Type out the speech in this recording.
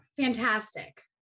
fantastic